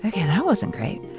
and that wasn't great.